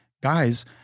guys